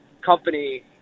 company